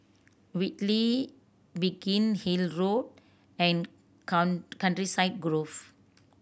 Whitley Biggin Hill Road and Countryside Grove